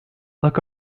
look